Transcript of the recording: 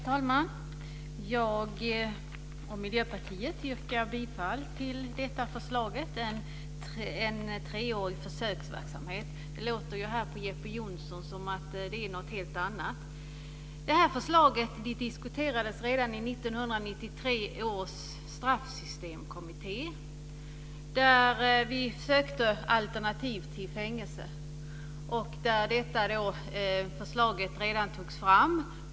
Herr talman! Jag och Miljöpartiet yrkar bifall till detta förslag. Det gäller en treårig försöksverksamhet. Det lät på Jeppe Johnsson som att det är någonting helt annat. Det här förslaget diskuterades redan i 1993 års Straffsystemkommitté där vi sökte alternativ till fängelse och där detta förslag redan togs fram.